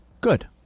Good